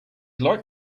like